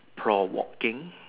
provoking